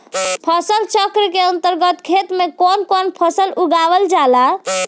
फसल चक्रण के अंतर्गत खेतन में कवन कवन फसल उगावल जाला?